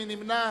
מי נמנע?